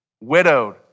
Widowed